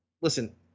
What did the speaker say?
listen